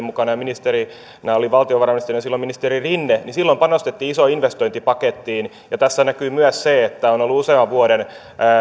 mukana ja valtiovarainministerinä oli silloin ministeri rinne panostettiin isoon investointipakettiin ja tässä näkyy myös se että on ollut usean vuoden